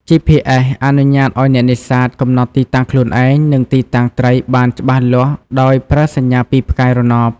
GPS អនុញ្ញាតឲ្យអ្នកនេសាទកំណត់ទីតាំងខ្លួនឯង និងទីតាំងត្រីបានច្បាស់លាស់ដោយប្រើសញ្ញាពីផ្កាយរណប។